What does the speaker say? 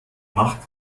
macht